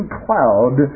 cloud